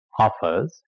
offers